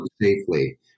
safely